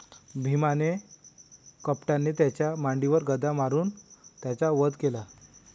भीमाने कपटाने त्याच्या मांडीवर गदा मारून त्याचा वध केला